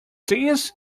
this